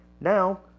Now